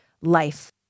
life